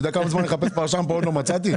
אתה יודע כמה זמן אני מחפש פרשן ועוד לא מצאתי?